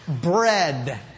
bread